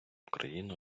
країну